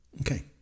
Okay